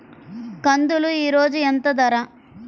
కందులు ఈరోజు ఎంత ధర?